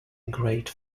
great